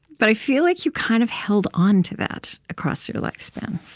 but i feel like you kind of held onto that across your lifespan,